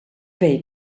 paid